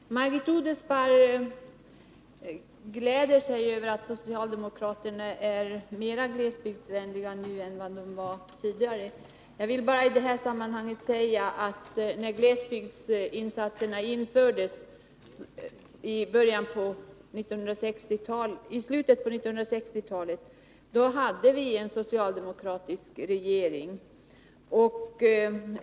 Herr talman! Margit Odelsparr gläder sig över att socialdemokraterna är mera glesbygdsvänliga nu än vad de var tidigare. Jag vill i det sammanhanget bara erinra om att vi när glesbygdsinsatserna gjordes i slutet av 1960-talet hade en socialdemokratisk regering.